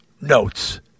notes